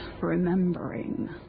remembering